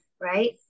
Right